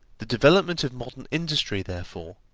the development of modern industry, therefore,